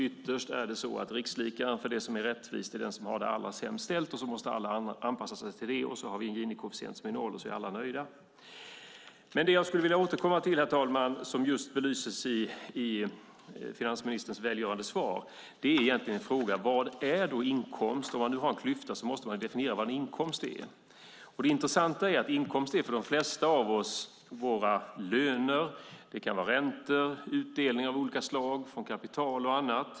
Ytterst är det alltså så att rikslikaren för det som är rättvist är den som har det allra sämst ställt. Då måste alla anpassa sig efter det, och då har vi en ginikoefficient som är noll och alla är nöjda. Det som jag skulle vilja återkomma till, herr talman, som just belyses i finansministerns välgörande svar är egentligen frågan: Vad är då inkomst? Om man nu har klyftor måste man definiera vad en inkomst är. Det intressanta är att inkomst är för de flesta av oss våra löner. Det kan också vara räntor, utdelningar av olika slag från kapital och annat.